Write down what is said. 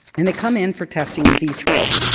and they come in for testing in vitro.